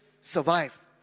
survive